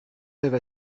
rêve